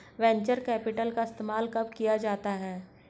Venture capital का इस्तेमाल कब किया जाता है?